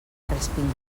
crespins